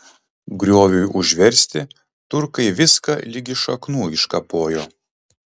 grioviui užversti turkai viską ligi šaknų iškapojo